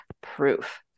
Proof